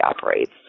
operates